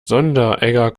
sonderegger